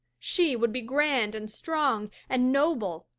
she would be grand and strong and noble.